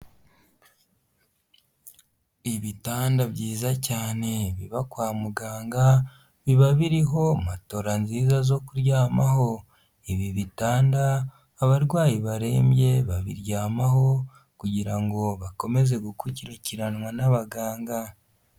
Ibitanda byiza cyane biba kwa muganga, biba biriho matora nziza zo kuryamaho, ibi bitanda abarwayi barembye babiryamaho kugira ngo bakomeze gukurikiranwa n'abaganga.